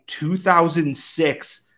2006